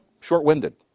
short-winded